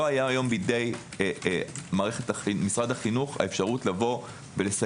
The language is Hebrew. לא היה היום בידי מערכת משרד החינוך האפשרות לסיים